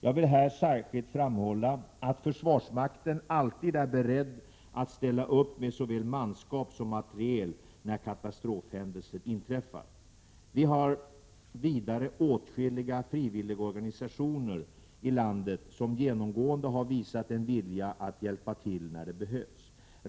Jag vill här särskilt framhålla att försvarsmakten alltid är beredd att ställa upp med såväl manskap som materiel när katastrofhändelser inträffar. Vi har vidare åtskilliga frivilligorganisationer i landet som genomgående har visat en vilja att hjälpa till när det behövs.